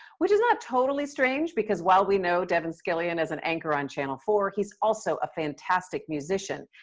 which is not totally strange, because while we know devin scillian as an anchor on channel four, he's also a fantastic musician.